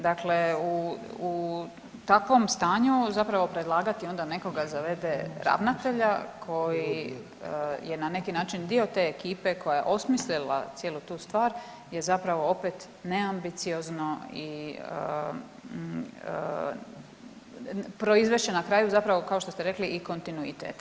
Dakle, u takvom stanju dakle predlagati onda nekoga za v.d. ravnatelja koji je na neki način dio te ekipe koja je osmislila cijelu tu stvar je zapravo opet neambiciozno i proizvest će na kraju zapravo kao što ste rekli i kontinuitet.